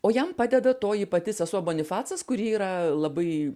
o jam padeda toji pati sesuo bonifacas kuri yra labai